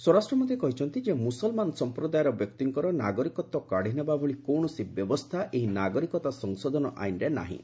ସ୍ୱରାଷ୍ଟ୍ର ମନ୍ତ୍ରୀ କହିଛନ୍ତି ମୁସଲମାନ ସମ୍ପ୍ରଦାୟର ବ୍ୟକ୍ତିଙ୍କର ନାଗରିକତ୍ୱ କାଢ଼ିନେବା ଭଳି କୌଣସି ବ୍ୟବସ୍ଥା ଏହି ନାଗରିକତା ସଂଶୋଧନ ଆଇନ୍ରେ ନାହିଁ